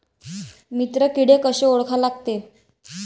मित्र किडे कशे ओळखा लागते?